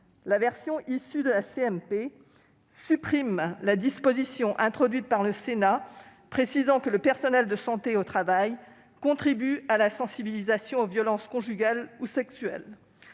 commission mixte paritaire supprime la disposition introduite par le Sénat précisant que le personnel de santé au travail contribue à la sensibilisation aux violences conjugales ou sexuelles.